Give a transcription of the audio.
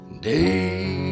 Day